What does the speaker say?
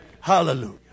Hallelujah